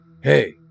Hey